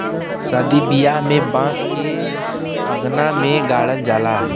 सादी बियाह में बांस के अंगना में गाड़ल जाला